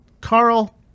Carl